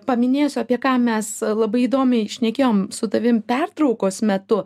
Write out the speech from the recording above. paminėsiu apie ką mes labai įdomiai šnekėjom su tavim pertraukos metu